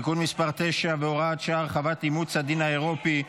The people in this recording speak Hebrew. (תיקון מס' 9 והוראת שעה) (הרחבת אימוץ הדין האירופי,